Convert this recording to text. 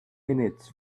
minutes